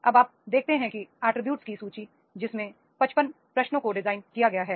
अब आप देखते हैं कि अटरीब्यूट्स की सूची जिसमें 55 प्रश्नों को डिजाइन किया गया है